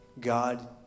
God